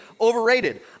overrated